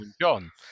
John